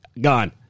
gone